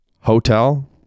Hotel